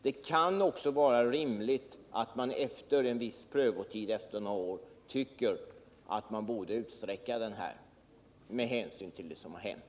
Det kan också vara rimligt att man efter några års prövotid vidgar den med ledning av de erfarenheter man gjort.